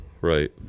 Right